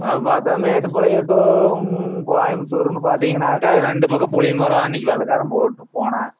பார்த்தா மேட்டுபாளையம் டூ கோயம்புத்தூர்னு பார்த்திங்கனாக்கா ரெண்டு பக்கம் புளியமரம் அன்றைக்கு வெள்ளைக்காரன் போட்டு போனான்